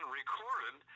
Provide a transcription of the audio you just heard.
recorded